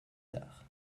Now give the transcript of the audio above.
tard